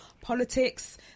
politics